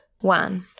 one